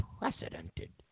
Unprecedented